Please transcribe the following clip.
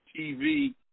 TV